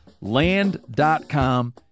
Land.com